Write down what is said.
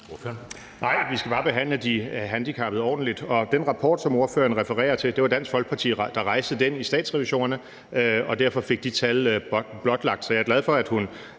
Nej, vi skal bare behandle de handicappede ordentligt, og den rapport, som spørgeren refererer til, var det Dansk Folkeparti, der rejste i Statsrevisorerne, og derfor fik man de tal blotlagt.